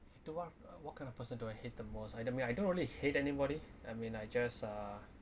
the what uh what kind of person do I hate the most either me I don't really hate anybody I mean I just uh